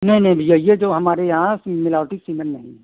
नहीं नहीं भैया यह जो हमारे यहाँ इसमें मिलावटी सिमेन्ट नहीं हैं